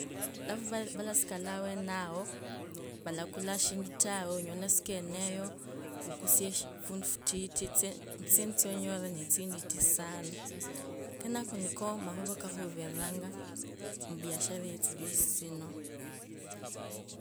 Alafu valasikala awenawo, valakula eshindu tawe, onyole usiku yenewe ukusie vundu futifiti tsi. Tsisendi tsonyororire netsinditi sana keneko niko makhuva kakhuvuriranga mubiashara yetsichuisi tsino.